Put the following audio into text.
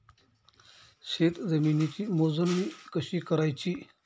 शेत जमिनीची मोजणी कशी करायची?